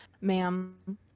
ma'am